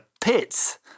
pits